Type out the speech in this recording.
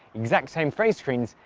exact same phrase screens,